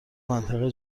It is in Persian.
منطقه